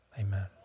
amen